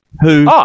who-